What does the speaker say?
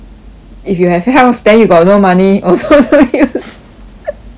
if you have health then you got no money also no use